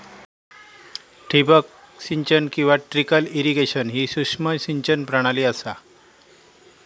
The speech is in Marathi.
ठिबक सिंचन किंवा ट्रिकल इरिगेशन ही सूक्ष्म सिंचन प्रणाली असा